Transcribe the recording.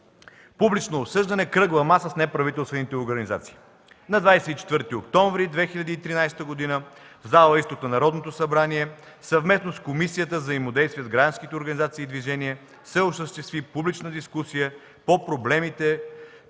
Публично обсъждане – Кръгла маса с неправителствени организации. На 24 октомври 2013 г. в зала „Изток” на Народното събрание, съвместно с Комисията за взаимодействие с граждански организации и движения се осъществи публична дискусия по проблемите